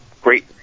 great